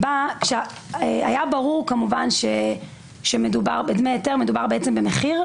היה ברור כמובן שמדובר בדמי היתר, מדובר במחיר,